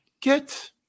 Get